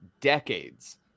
decades